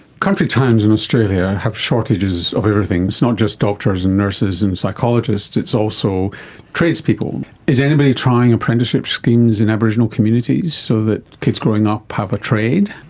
country towns in australia have shortages of everything, it's not just doctors and nurses and psychologists, it's also tradespeople. is anybody trying apprenticeship schemes in aboriginal communities so that kids growing up have a trade?